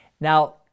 now